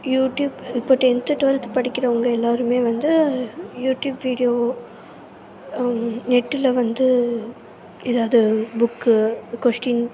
YouTube இப்போ tenth twelfth படிக்கிறவங்க எல்லோருமே வந்து யூடியூப் வீடியோ நெட்டில் வந்து ஏதாவது புக்கு கொஸ்டின்